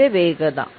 അതിന്റെ വേഗത